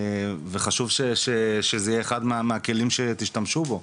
וחשוב שזה יהיה אחד מהכלים שתשתמשו בו.